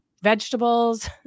vegetables